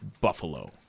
Buffalo